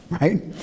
right